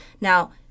Now